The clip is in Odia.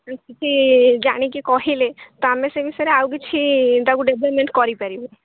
କିଛି ଜାଣିକି କହିଲେ ତ ଆମେ ସେ ବିଷୟରେ ଆଉ କିଛି ତାକୁ ଡେଭ୍ଲପ୍ମେଣ୍ଟ କରିପାରିବୁ